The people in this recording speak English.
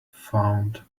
found